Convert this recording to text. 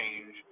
change